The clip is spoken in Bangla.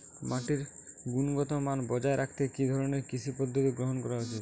মাটির গুনগতমান বজায় রাখতে কি ধরনের কৃষি পদ্ধতি গ্রহন করা উচিৎ?